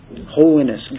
Holiness